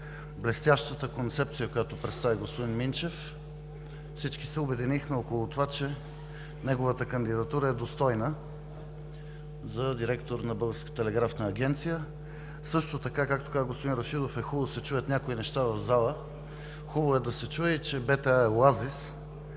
блестящата концепция, която представи господин Минчев, всички се обединихме около това, че неговата кандидатура е достойна за директор на Българската телеграфна агенция. Както каза и господин Рашидов, хубаво е да се чуят някои неща в залата – хубаво е да се чуе, че БТА е оазис